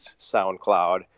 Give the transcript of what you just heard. SoundCloud